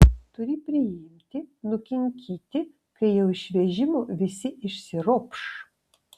turi priimti nukinkyti kai jau iš vežimo visi išsiropš